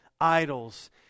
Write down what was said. idols